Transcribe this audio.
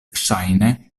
ŝajne